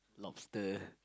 lobster